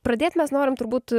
pradėt mes norim turbūt